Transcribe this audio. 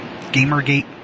Gamergate